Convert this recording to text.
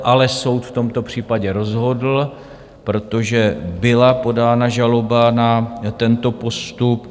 Ale soud v tomto případě rozhodl, protože byla podána žaloba na tento postup.